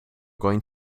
going